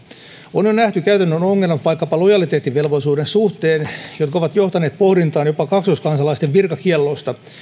onhan nähty käytännön ongelmat vaikkapa lojaliteettivelvollisuuden suhteen jotka ovat johtaneet pohdintaan jopa kaksoiskansalaisten virkakielloista